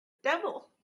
devil